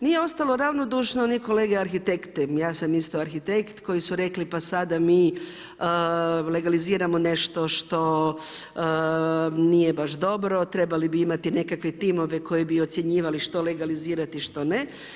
Nije ostalo ravnodušno ni kolega arhitekte, ja sam isto arhitekt koji su rekli pa sada mi legaliziramo nešto što nije baš dobro, trebali bi imati nekakve timove koji bi ocjenjivali što legalizirati što ne.